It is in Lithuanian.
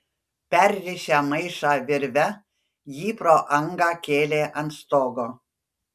perrišę maišą virve jį pro angą kėlė ant stogo